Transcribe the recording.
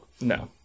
No